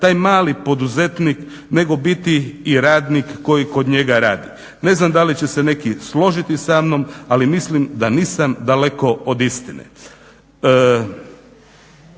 taj mali poduzetnik, nego biti i radnik koji kod njega radi. Ne znam da li će se neki složiti sa mnom, ali mislim da nisam daleko od istine.